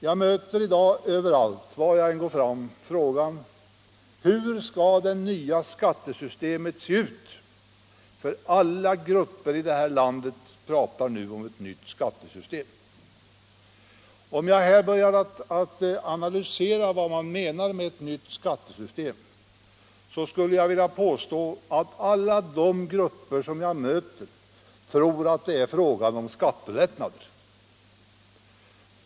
Jag möter i dag överallt, var jag än går fram, frågan hur det nya skattesystemet skall se ut. Alla grupper i detta land pratar nu om ett nytt skattesystem. Om jag här börjar analysera vad man menar med ett nytt skattesystem, så skulle jag vilja påstå att alla de grupper som jag möter tror att det är fråga om skattelättnad.